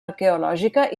arqueològica